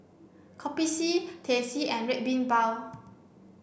Kopi C Teh C and Red Bean Bao